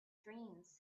dreams